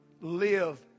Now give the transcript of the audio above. Live